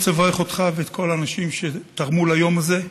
אני רוצה לברך אותך ואת כל האנשים שתרמו ליום הזה.